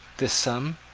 this sum,